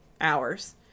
hours